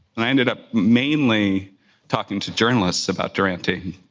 and i ended up mainly talking to journalists about duranty.